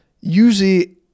Usually